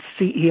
CEO